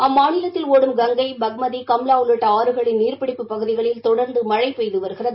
அம்மாநிலத்தில் ஓடும் கங்கை பக்மதி கம்லா உள்ளிட்ட ஆறுகளின் நீர்பிடிப்புப் பகுதிகளில் தொடர்ந்து மழை பெய்து வருகிறது